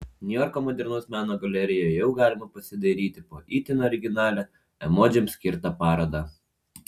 niujorko modernaus meno galerijoje jau galima pasidairyti po itin originalią emodžiams skirtą parodą